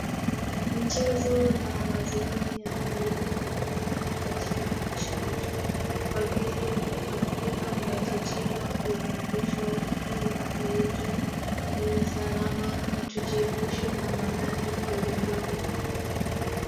Michezo na mazoezi ya miili ni muhimu katika maisha yetu kwa vile mifupa yanaitajika kuimarishwa ili afya yetu iwe salama na tujiepushe na maradhi ndogo ndogo.